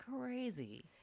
crazy